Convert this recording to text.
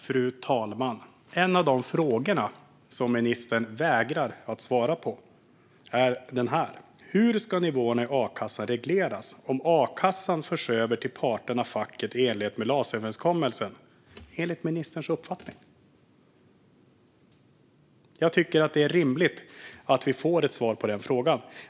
Fru talman! En av de frågor som ministern vägrar svara på är denna: Hur ska nivåerna i a-kassan regleras om a-kassan förs över till parterna/facket i enlighet med LAS-överenskommelsen, enligt ministerns uppfattning? Jag tycker att det är rimligt att vi får ett svar på den frågan.